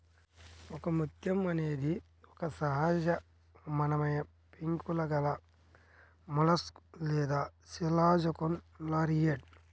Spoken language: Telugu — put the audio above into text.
ఒకముత్యం అనేది ఒక సజీవమైనపెంకు గలమొలస్క్ లేదా శిలాజకోనులారియిడ్